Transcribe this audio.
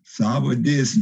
savo dėsnius